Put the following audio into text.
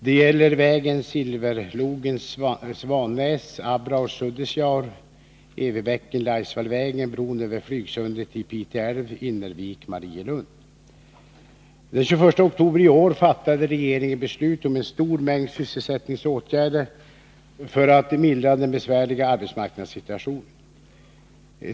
Det gäller vägen Silverlogen-Svannäs, Abraure-Suddesjaure, Evebäcken—-Laisvallvägen och bron över Flygsundet i Pite älv-Innervik-Marielund. Den 21 oktober i år fattade regeringen beslut om en stor mängd sysselsättningsåtgärder för att mildra den besvärliga arbetsmarknadssituationen.